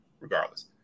Regardless